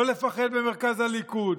לא לפחד ממרכז הליכוד,